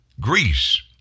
Greece